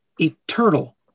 eternal